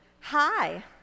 Hi